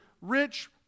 rich